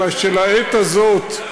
אלא שלעת הזאת,